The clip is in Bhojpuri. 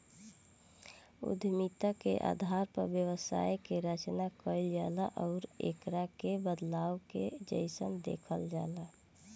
उद्यमिता के आधार पर व्यवसाय के रचना कईल जाला आउर एकरा के बदलाव के जइसन देखल जाला